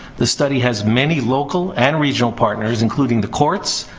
the study has many local and regional partners, including the courts,